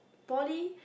poly